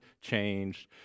changed